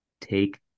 take